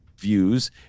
views